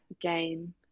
game